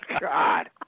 God